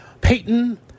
Peyton